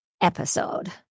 episode